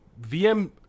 VM